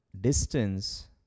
distance